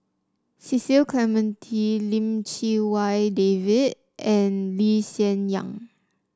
Cecil Clementi Lim Chee Wai David and Lee Hsien Yang